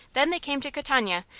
then they came to catania,